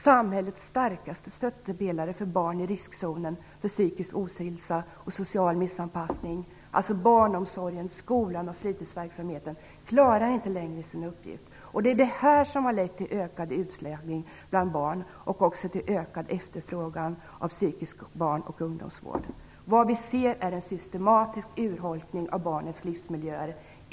Samhällets starkaste stöttepelare för barn i riskzonen för psykisk ohälsa och social missanpassning - barnomsorgen, skolan och fritidsverksamheten - klarar inte längre sin uppgift. Det är detta som har lett till ökad utslagning bland barn och även till ökad efterfrågan av psykisk barnoch ungdomsvård. Vad vi ser är en systematisk urholkning av barnens livsmiljöer.